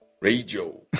Radio